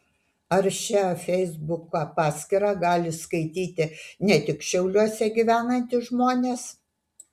ar šią feisbuko paskyrą gali skaityti ne tik šiauliuose gyvenantys žmonės